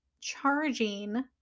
charging